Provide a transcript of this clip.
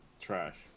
Trash